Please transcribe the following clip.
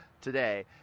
today